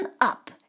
up